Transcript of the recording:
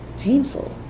painful